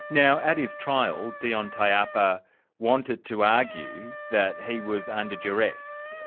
now at his trial, dion taiapa wanted to argue that he was under duress.